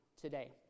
today